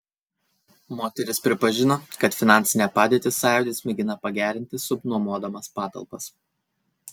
moteris pripažino kad finansinę padėtį sąjūdis mėgina pagerinti subnuomodamas patalpas